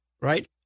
right